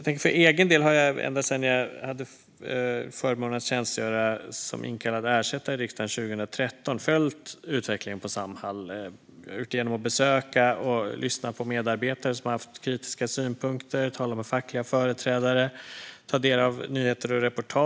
För egen del har jag ända sedan jag hade förmånen att tjänstgöra som inkallad ersättare i riksdagen 2013 följt utvecklingen på Samhall genom att besöka och lyssna på medarbetare som haft kritiska synpunkter. Jag har talat med fackliga företrädare och tagit del av nyheter och reportage.